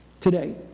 today